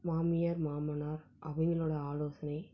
மாமியார் மாமனார் அவங்களோட ஆலோசனை